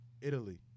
Italy